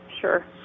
Sure